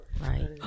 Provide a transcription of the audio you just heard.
right